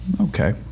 Okay